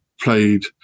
played